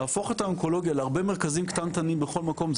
להפוך את האונקולוגיה להרבה מרכזים קטנטנים בכל מקום,